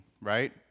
right